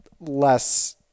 less –